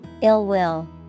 Ill-will